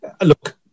Look